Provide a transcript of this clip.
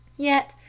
yet,